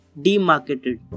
demarketed